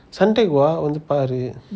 suntec வா வந்து பாரு:vaa vanthu paru